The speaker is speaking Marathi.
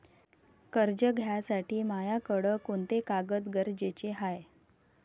कर्ज घ्यासाठी मायाकडं कोंते कागद गरजेचे हाय?